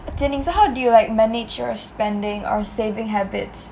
Jian-Ning so how do you like manage your spending or saving habits